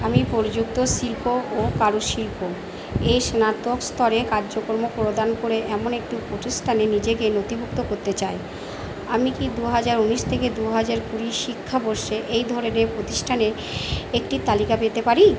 আমি প্রযুক্ত শিল্প ও কারুশিল্প এ স্নাতক স্তরে কার্যক্রম প্রদান করে এমন একটি প্রতিষ্ঠানে নিজেকে নথিভুক্ত করতে চাই আমি কি দু হাজার উনিশ থেকে দু হাজার কুড়ি শিক্ষাবর্ষে এই ধরনের প্রতিষ্ঠানের একটি তালিকা পেতে পারি